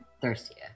Thirstier